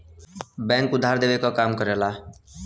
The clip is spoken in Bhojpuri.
बैंक उधार देवे क काम करला